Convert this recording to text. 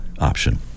option